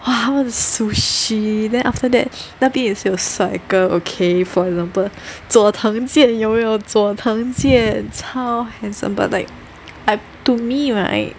!wah! 还有 sushi then after that 那边也是有帅哥 okay for example 佐藤健有没有佐藤健超 handsome but like I to me right